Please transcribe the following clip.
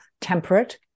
temperate